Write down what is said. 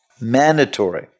Mandatory